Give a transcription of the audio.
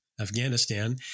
Afghanistan